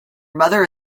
mother